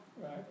right